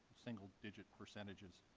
single digit percentages.